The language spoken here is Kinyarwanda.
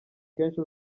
kenshi